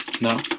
No